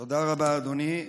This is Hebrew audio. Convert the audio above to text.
תודה רבה, אדוני.